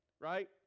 Right